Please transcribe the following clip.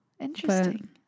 Interesting